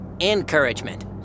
encouragement